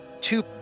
two